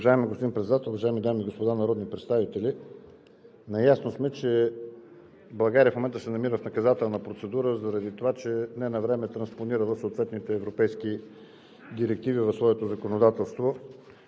България в момента се намира в наказателна процедура заради това, че ненавреме е транспонирала съответните европейски директиви в своето законодателство.